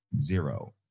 Zero